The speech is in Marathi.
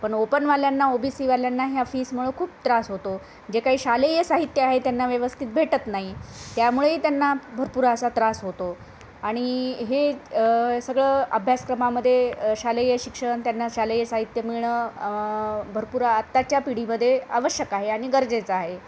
पण ओपनवाल्यांना ओ बी सीवाल्यांना ह्या फीसमुळं खूप त्रास होतो जे काही शालेय साहित्य आहे त्यांना व्यवस्थित भेटत नाही त्यामुळेही त्यांना भरपूर असा त्रास होतो आणि हे सगळं अभ्यासक्रमामध्ये शालेय शिक्षण त्यांना शालेय साहित्य मिळणं भरपूर आत्ताच्या पिढीमध्ये आवश्यक आहे आणि गरजेचं आहे